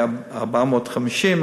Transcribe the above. היה 450,